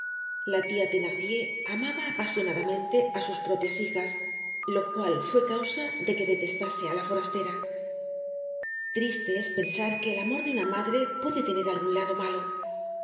la tia thenardier amaba apasionadamente á sus propias hijas lo cual fue causa de que detestase á la forastera triste es pensar que el amor de una madre puede tener algun lado malo